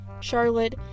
Charlotte